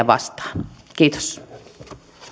vastaan kiitos